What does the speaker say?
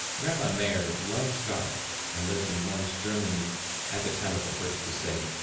rabbi meir loved god and lived in worms, germany at the time of the first crusade.